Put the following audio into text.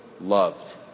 loved